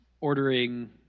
ordering